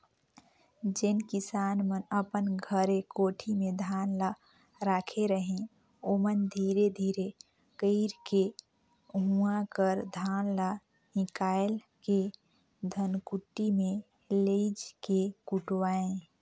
जेन किसान मन अपन घरे कोठी में धान ल राखे रहें ओमन धीरे धीरे कइरके उहां कर धान ल हिंकाएल के धनकुट्टी में लेइज के कुटवाएं